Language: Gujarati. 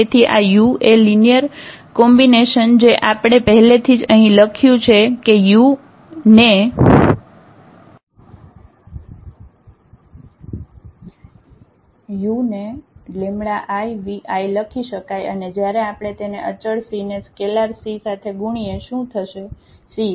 તેથી આ u એ લિનિયર કોમ્બિનેશન છે જે આપણે પહેલેથીજ અહીં લખ્યું છે કે 𝑢 ને ivi લખી શકાય અને જયારે આપણે તેને અચળ c ને સ્કેલાર c સાથે ગુણીએ શું થશે C ivi